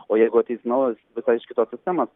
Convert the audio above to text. o jeigu ateis naujas visai iš kitos sistemos